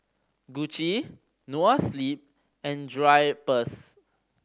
Gucci Noa Sleep and Drypers